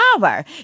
power